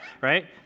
right